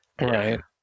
Right